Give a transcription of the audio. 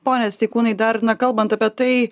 pone steikūnai dar na kalbant apie tai